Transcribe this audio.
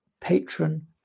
patron